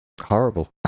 horrible